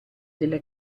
della